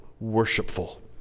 worshipful